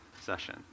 session